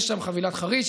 יש שם חבילת חריש.